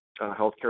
healthcare